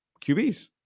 QBs